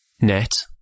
net